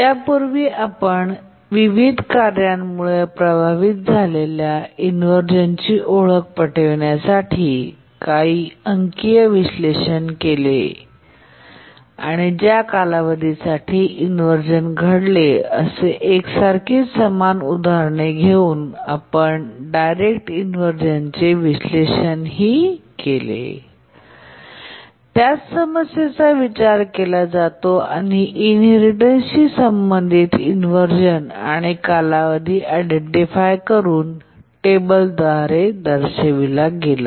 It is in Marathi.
यापूर्वी आपण विविध कार्यामुळे प्रभावित झालेल्या इन्व्हरझनची ओळख पटविण्यासाठी काही अंकीय विश्लेषण केले आणि ज्या कालावधीसाठी इन्व्हरझन घडले असे एकसारखी समान उदाहरणे घेऊन आपण डायरेक्ट इन्व्हरझन चे विश्लेषण ही केले त्याच समस्येचा विचार केला जातो आणि इनहेरिटेन्स शी संबंधित इन्व्हरझन आणि कालावधी इडेंटिफाय करून टेबल द्वारे दर्शविला गेला